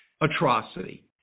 atrocity